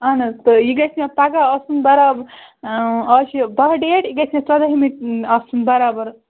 اہَن حظ تہٕ یہِ گژھِ مےٚ پگاہ آسُن برابر اَز چھُ باہ ڈیٹ یہِ گژھِ مےٚ ژۄدٲہمہِ آسُن برابر